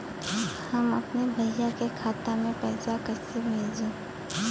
हम अपने भईया के खाता में पैसा कईसे भेजी?